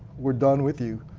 we're done with you.